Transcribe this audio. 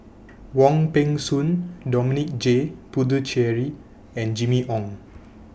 Wong Peng Soon Dominic J Puthucheary and Jimmy Ong